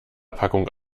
packung